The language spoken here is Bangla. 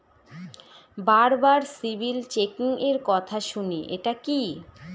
বারবার সিবিল চেকিংএর কথা শুনি এটা কি?